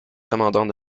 commandant